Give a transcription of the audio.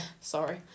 Sorry